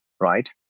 right